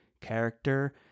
character